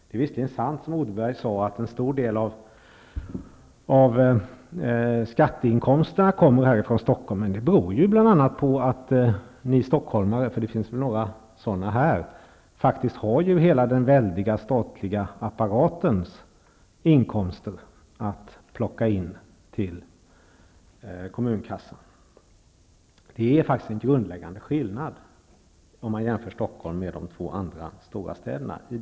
Det är visserligen sant, som Odenberg sade, att en stor del av skatteinkomsterna kommer härifrån Stockholm, men det beror ju bl.a. på att ni stockholmare -- för det finns väl några sådana här -- faktiskt har hela den väldiga statliga apparatens inkomster att plocka in till kommunkassan. Det är faktiskt en grundläggande skillnad vid en jämförelse mellan Stockholm och de andra stora städerna.